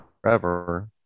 forever